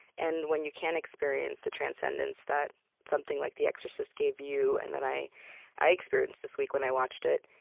and when you can experience the transcendence that something like the exorcist gave you and that i i experienced this week when i watched it,